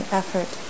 effort